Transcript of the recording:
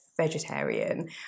vegetarian